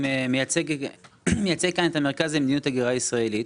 אני מייצג כאן את המרכז למדיניות הגירה ישראלית.